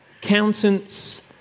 accountants